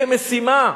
כמשימה,